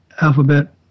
alphabet